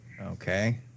Okay